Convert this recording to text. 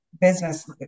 business